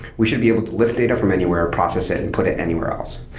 we should be able to lift data from anywhere, process it and put it anywhere else.